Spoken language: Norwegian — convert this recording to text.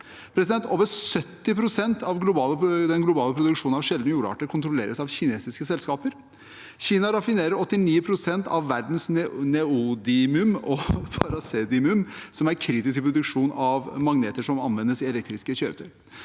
Over 70 pst. av den globale produksjonen av sjeldne jordarter kontrolleres av kinesiske selskaper. Kina raffinerer 89 pst. av verdens neodym og praseodym, som er kritiske i produksjonen av magneter som anvendes i elektriske kjøretøy.